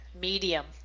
medium